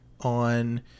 on